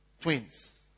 Twins